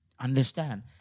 understand